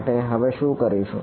માટે હવે હું શું કરીશ